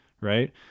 right